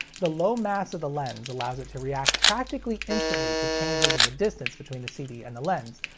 the low mass of the lens allows it to react practically instantly to changes in the distance between the cd and the lens,